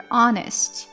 honest